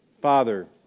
Father